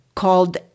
called